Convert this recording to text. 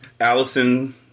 Allison